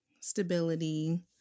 stability